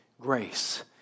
grace